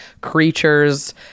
creatures